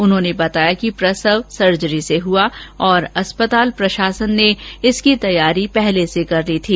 उन्होंने बताया कि प्रसव सर्जरी से हुआ और अस्पताल प्रशासन ने इसकी तैयारी पहले से कर ली थी